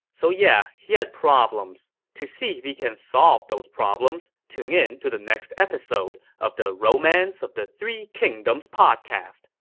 so, yeah he had problems. to see if he can solve those problems, tune in to the next episode of the romance of the three kingdoms podcast.